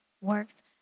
works